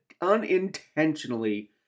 unintentionally